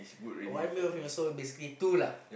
one male one female so basically two lah